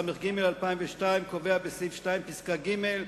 התשס"ג 2002, שקובע בסעיף 2, סעיף קטן (ג):